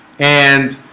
and